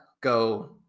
go